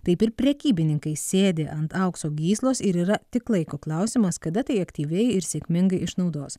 taip ir prekybininkai sėdi ant aukso gyslos ir yra tik laiko klausimas kada tai aktyviai ir sėkmingai išnaudos